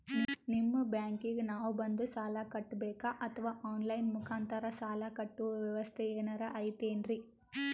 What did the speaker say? ನಿಮ್ಮ ಬ್ಯಾಂಕಿಗೆ ನಾವ ಬಂದು ಸಾಲ ಕಟ್ಟಬೇಕಾ ಅಥವಾ ಆನ್ ಲೈನ್ ಮುಖಾಂತರ ಸಾಲ ಕಟ್ಟುವ ವ್ಯೆವಸ್ಥೆ ಏನಾರ ಐತೇನ್ರಿ?